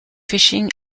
fishing